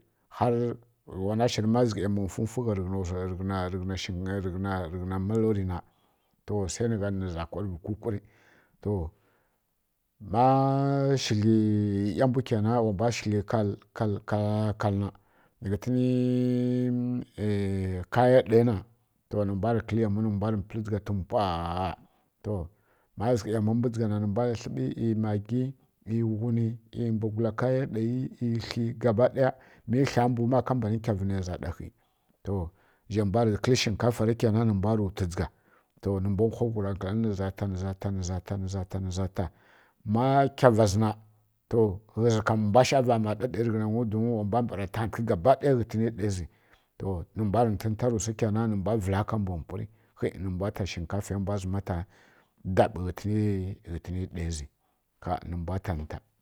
Har wana shǝri ma zǝghai yamwa mfwumfwu gha rǝghǝna malori na to sai nǝghǝ nanǝ nǝ za kwarvǝ kwukwuri to ma shǝgli ˈya mbwu kenan nǝ mbwa shǝgli tal tal tal tal talna ghǝtǝni ˈyi kaya ɗai na to nǝ mbwa rǝ kǝl yamwi nǝ mbwa rǝ mpǝl dzǝgha sǝmpaa to ma mbwa zǝghai yamwazha dzǝgha na nǝmbwa tlǝɓi magi ˈyi ghuni ghǝni mbwagula kaya ɗai dzǝgha ˈyi kli ngaba ɗaya a mbanǝ kyavǝ nai za ɗa khǝi to zhai mbwa rǝ gha kǝl shinƙafara ghǝza ghǝ nǝ mbwa rǝ wtu dzǝgha to nǝ mba wha wghu ra nkǝlangyi nǝ mbwarǝ gǝla nǝza ta nǝ za ta ma kyava zǝ na to ghǝzu kam mbwa shava ˈma ɗa ɗayi rǝghǝnangyu wa mbwa mbara tantǝghǝ ghǝna ɗayazi to nǝ mbwa rǝ nta nta ka mbwi kainan mbwa pwuri nikha pwuri, kha nǝ mbwa ta shinkafai mbwa zǝma ta daɓ ghǝna ɗaya zi kha nǝ mbwa ta nta